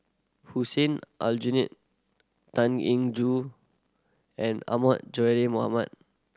Hussein Aljunied Tan Eng Joo and Ahmad Mohamad